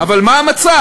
אבל מה המצב?